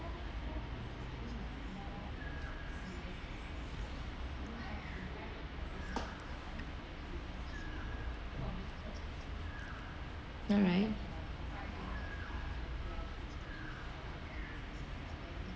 alright